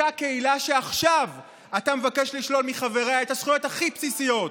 אותה קהילה שעכשיו אתה מבקש לשלול מחבריה את הזכויות הכי בסיסיות.